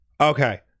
Okay